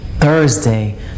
Thursday